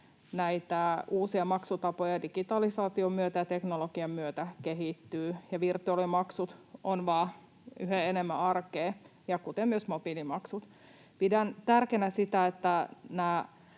näitä uusia maksutapoja digitalisaation myötä ja teknologian myötä kehittyy ja virtuaalimaksut ovat vain yhä enemmän arkea, kuten myös mobiilimaksut. Pidän tärkeänä sitä, että